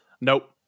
Nope